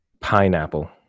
pineapple